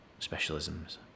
specialisms